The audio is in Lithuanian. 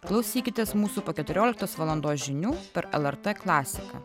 klausykitės mūsų po keturioliktos valandos žinių per lrt klasiką